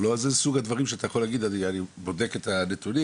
סוג הדברים שאתה יכול להגיד אני בודק את הנתונים.